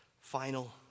final